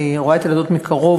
אני רואה את הילדות מקרוב,